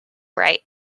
right